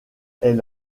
est